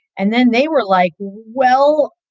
and then they were like, well,